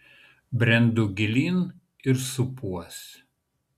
brendu gilyn ir supuos